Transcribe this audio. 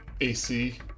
AC